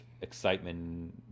excitement